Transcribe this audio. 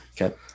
Okay